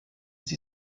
sie